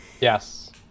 Yes